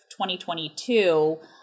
2022